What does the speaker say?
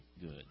good